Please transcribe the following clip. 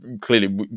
Clearly